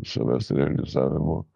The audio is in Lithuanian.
savęs realizavimo